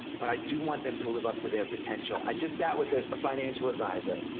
but i do want them to live up to their potential. i just sat with a financial advisor,